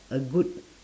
a good